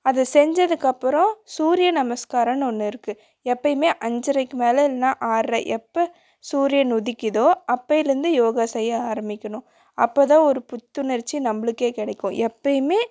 அதை செஞ்சதுக்கு அப்பறம் சூரிய நமஸ்க்காரன்னு ஒன்று இருக்குது எப்போயுமே அஞ்சரைக்கு மேல் இல்லைன்னா ஆரற எப்போ சூரியன் உதிக்கிதோ அப்போயிலேந்து யோகா செய்ய ஆரம்மிக்கணும் அப்போ தான் ஒரு புத்துணர்ச்சி நம்மளுக்கே கிடைக்கும் எப்போயுமே